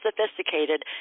sophisticated